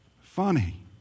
funny